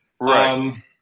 Right